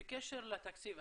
בקשר לתקציב,